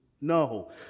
No